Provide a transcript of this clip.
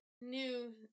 new